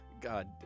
God